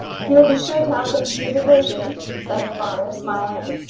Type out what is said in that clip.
he will be sure to have some stupid notion, said her father, smiling.